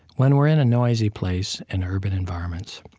when we're in a noisy place in urban environments,